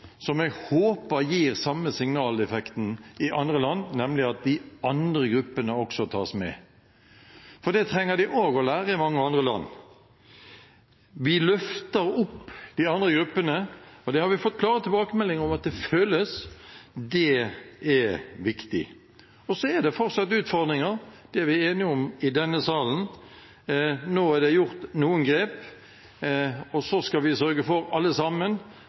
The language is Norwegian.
som jeg håper gir samme signaleffekt i andre land, nemlig at de andre gruppene også tas med, for det trenger de også å lære i mange andre land. Vi løfter opp de andre gruppene, og vi har fått klare tilbakemeldinger om at det føles. Det er viktig. Så er det fortsatt utfordringer, det er vi enige om i denne salen. Nå er det gjort noen grep, og så skal vi sørge for alle sammen